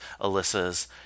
Alyssa's